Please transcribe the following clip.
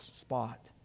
Spot